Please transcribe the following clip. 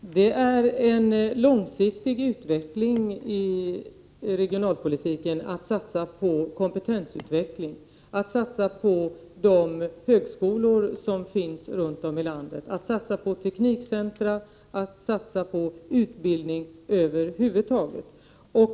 Herr talman! Det är en långsiktig utveckling i regionalpolitiken att satsa på kompetensutveckling, att satsa på de högskolor som finns runt om i landet, att satsa på teknikcentra, att satsa på utbildning över huvud taget.